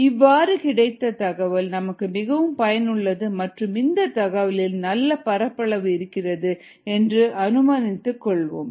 இவ்வாறு கிடைத்த தகவல் நமக்கு மிகவும் பயனுள்ளது மற்றும் இந்த தகவலில் நல்ல பரப்பளவு இருக்கிறது என்று அனுமானித்துக் கொள்வோம்